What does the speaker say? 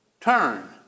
turn